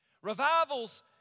Revivals